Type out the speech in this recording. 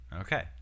Okay